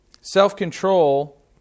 Self-control